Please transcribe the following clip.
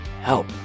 help